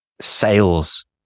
sales